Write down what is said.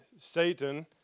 Satan